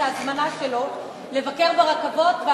את ההזמנה שלו לבקר ברכבות.